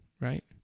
right